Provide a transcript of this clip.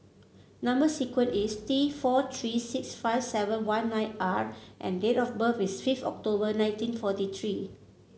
number sequence is T four three six five seven one nine R and date of birth is fifth October nineteen forty three